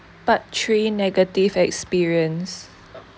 part three negative experience